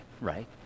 right